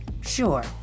sure